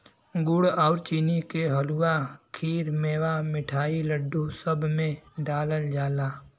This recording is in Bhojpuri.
गुड़ आउर चीनी के हलुआ, खीर, मेवा, मिठाई, लड्डू, सब में डालल जाला